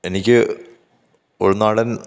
എനിക്ക് ഉള്നാടന്